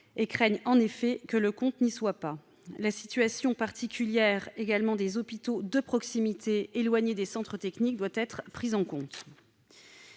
craignent en effet que le compte n'y soit pas. La situation particulière des hôpitaux de proximité, éloignés des centres techniques, doit être prise en compte.